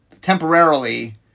temporarily